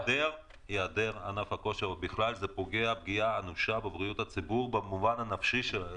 היעדר ענף הכושר פוגע פגיעה אנושה בבריאות הנפשית של הציבור.